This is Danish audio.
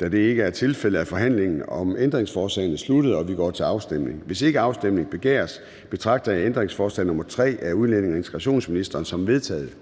Da det ikke er tilfældet, er forhandlingen om ændringsforslagene sluttet, og vi går til afstemning. Kl. 09:25 Afstemning Formanden (Søren Gade): Hvis ikke afstemning begæres, betragter jeg ændringsforslag nr. 3 af udlændinge- og integrationsministeren som vedtaget.